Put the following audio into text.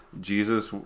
Jesus